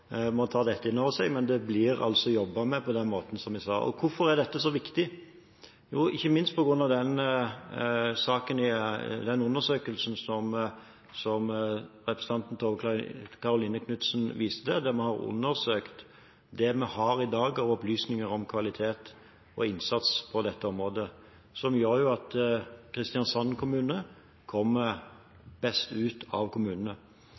må ta dette inn over seg: Det blir jobbet med på den måten vi sa. Hvorfor er dette så viktig? Jo, ikke minst på grunn av den undersøkelsen som representanten Tove Karoline Knutsen viste til, der man har undersøkt det vi har i dag av opplysninger om kvalitet og innsats på dette området, og som gjør at Kristiansand kommer best ut av kommunene.